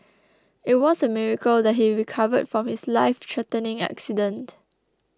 it was a miracle that he recovered from his lifethreatening accident